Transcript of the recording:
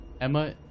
Emma